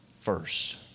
first